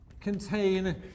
contain